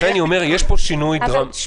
לכן אני אומר שיש פה שינוי דרמטי,